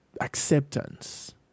acceptance